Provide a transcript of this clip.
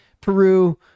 Peru